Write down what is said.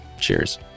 Cheers